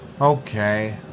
Okay